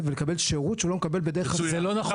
ולקבל שירות שהוא לא מקבל בדרך הרגילה.